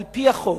על-פי החוק,